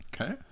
Okay